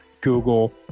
Google